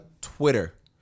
Twitter